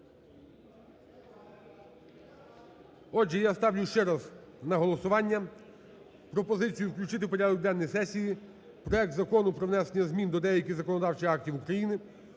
Отже, я ставлю ще раз на голосування пропозицію включити в порядок денний сесії проект Закону про внесення змін до деяких законодавчих актів України